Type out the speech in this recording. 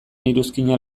iruzkinak